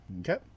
Okay